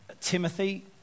Timothy